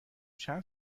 چند